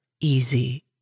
easy